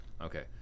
Okay